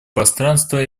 пространства